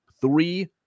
three